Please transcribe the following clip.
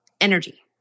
energy